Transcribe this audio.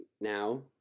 now